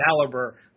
caliber